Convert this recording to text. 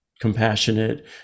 compassionate